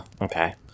okay